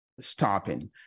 stopping